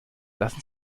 lassen